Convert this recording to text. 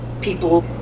People